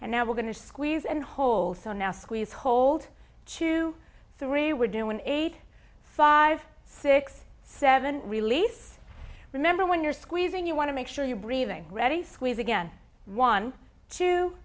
and now we're going to squeeze and hole so now squeeze hold chew three we're doing eight five six seven release remember when you're squeezing you want to make sure you're breathing ready squeeze again one two